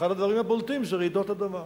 אחד הדברים הבולטים זה רעידות אדמה.